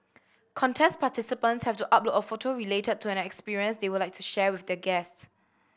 contest participants have to upload a photo related to an experience they would like to share with their guest